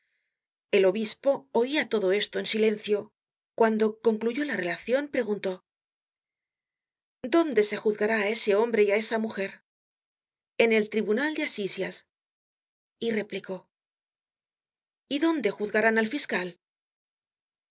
el obispo oia todo esto en silencio cuando concluyó la relacion preguntó content from google book search generated at dónde se juzgará á ese hombre y á esa mujer en el tribunal de asisias y replicó y dónde juzgarán al fiscal y